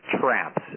traps